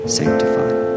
sanctified